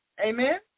Amen